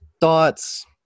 thoughts